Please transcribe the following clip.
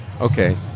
Okay